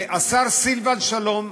והשר סילבן שלום,